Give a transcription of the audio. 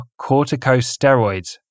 corticosteroids